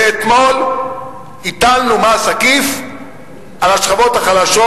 ואתמול הטלנו מס עקיף על השכבות החלשות,